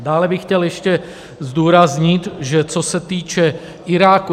Dále bych chtěl ještě zdůraznit, co se týče Iráku.